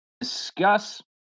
discuss